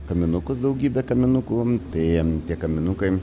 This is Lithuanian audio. kaminukus daugybę kaminukų tai kaminukai